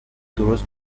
درست